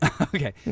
Okay